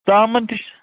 ژامن تہِ چھِ